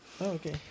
okay